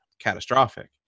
catastrophic